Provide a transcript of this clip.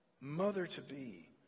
mother-to-be